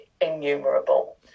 innumerable